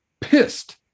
pissed